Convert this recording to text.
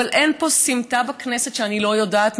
אבל אין פה סמטה בכנסת שאני לא יודעת,